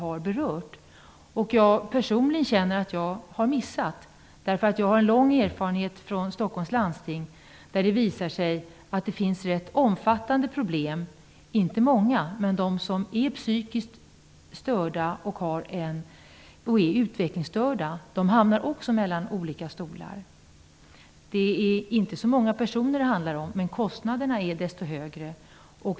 Jag har personligen missat det. Jag har en lång erfarenhet från Stockholms landsting. Det har visat sig att det finns omfattande problem, även om de inte är många. De som är psykiskt störda och utvecklingsstörda hamnar mellan olika stolar. Det handlar inte om så många personer, men kostnaderna är desto högre.